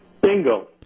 Bingo